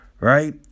right